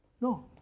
no